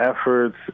efforts